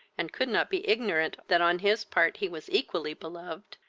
and could not be ignorant that on his part he was equally beloved,